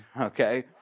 okay